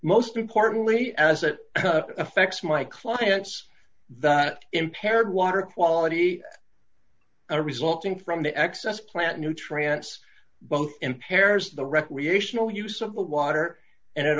most importantly as it affects my clients that impaired water quality resulting from the excess plant nutrients both impairs the recreational use of water and it